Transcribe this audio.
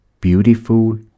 beautiful